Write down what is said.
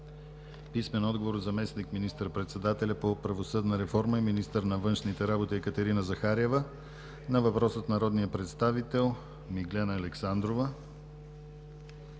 Сидерова; - заместник мистър-председателя по правосъдна реформа и министър на външните работи Екатерина Захариева на въпрос от народния представител Миглена Александрова;